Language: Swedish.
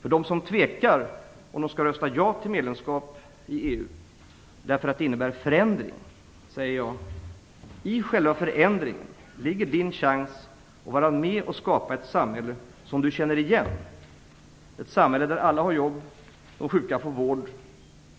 Till dem som tvekar om de skall rösta ja till medlemskap i EU därför att det innebär förändring säger jag: I själva förändringen ligger din chans att vara med och skapa ett samhälle som du känner igen, ett samhälle där alla har jobb, de sjuka får vård,